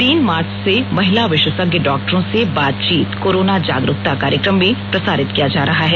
तीन मार्च से महिला विशेषज्ञ डॉक्टरों से बातचीत कोरोना जागरूकता कार्यक्रम में प्रसारित किया जा रहा है